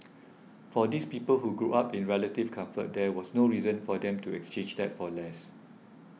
for these people who grew up in relative comfort there was no reason for them to exchange that for less